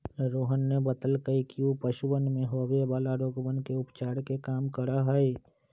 रोहन ने बतल कई कि ऊ पशुवन में होवे वाला रोगवन के उपचार के काम करा हई